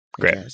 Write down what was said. Great